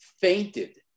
fainted